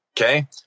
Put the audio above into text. Okay